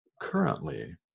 currently